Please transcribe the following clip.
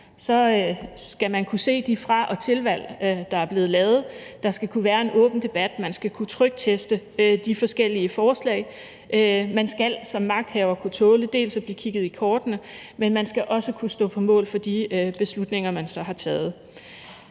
skal man kunne se de fra- og tilvalg, der er blevet truffet. Der skal kunne være en åben debat, og man skal kunne trykteste de forskellige forslag. Man skal som magthaver kunne tåle at blive kigget i kortene, men man skal også kunne stå på mål for de beslutninger, man så har truffet.